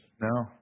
No